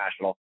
National